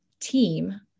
team